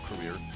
career